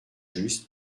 just